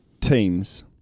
teams